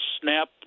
Snap